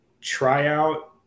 tryout